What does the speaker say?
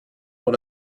dans